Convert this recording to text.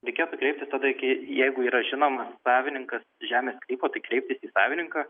reikėtų kreiptis tada iki jeigu yra žinomas savininkas žemės sklypo tai kreiptis į savininką